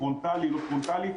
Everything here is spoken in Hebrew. פרונטלי לא פרונטלי.